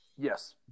Yes